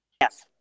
Yes